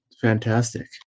Fantastic